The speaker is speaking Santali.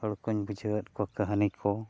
ᱦᱚᱲ ᱠᱚᱧ ᱵᱩᱡᱷᱟᱹᱣᱟᱜ ᱠᱚᱣᱟ ᱠᱟᱹᱦᱱᱤ ᱠᱚ